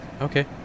okay